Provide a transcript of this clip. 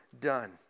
done